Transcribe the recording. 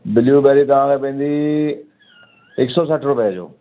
blue बैरी तव्हांखे पवंदी हिकु सौ सठि रुपए जो